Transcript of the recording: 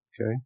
Okay